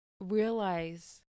realize